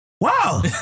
wow